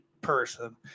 person